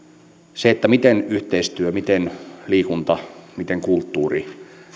miten yhteistyö miten liikunta miten kulttuuri